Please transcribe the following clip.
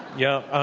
yeah,